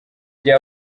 gihe